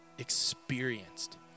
experienced